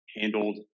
handled